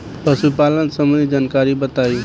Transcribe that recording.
पशुपालन सबंधी जानकारी बताई?